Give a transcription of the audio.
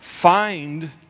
find